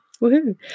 Woohoo